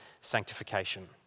sanctification